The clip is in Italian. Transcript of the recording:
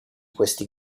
questi